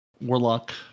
Warlock